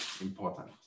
important